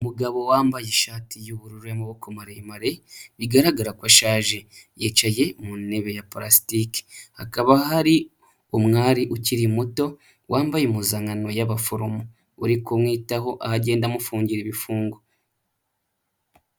Umugabo wambaye ishati y'ubururu y'amaboko maremare, bigaragara ashaje. Yicaye mu ntebe ya pulasitike. Hakaba hari umwari ukiri muto, wambaye impuzankano y'ababaforomo uri kumwitaho, aho agenda amufungira ibifungo.